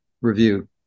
review